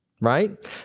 right